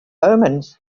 omens